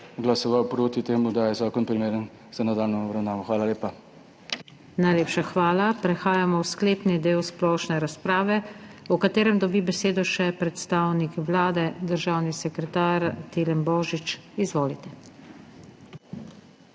glasoval proti temu, da je zakon primeren za nadaljnjo obravnavo. Hvala lepa. **PODPREDSEDNICA NATAŠA SUKIČ:** Najlepša hvala. Prehajamo v sklepni del splošne razprave, v katerem dobi besedo še predstavnik Vlade, državni sekretar Tilen Božič. Izvolite.